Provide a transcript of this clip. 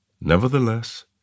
Nevertheless